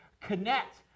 connect